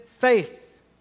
faith